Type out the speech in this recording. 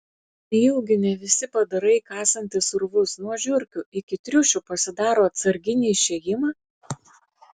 nejaugi ne visi padarai kasantys urvus nuo žiurkių iki triušių pasidaro atsarginį išėjimą